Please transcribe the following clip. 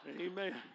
Amen